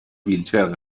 ویلچر